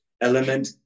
element